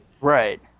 Right